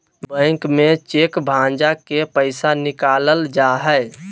bank में cheque भंजा के पैसा निकालल जा हय